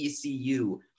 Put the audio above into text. ECU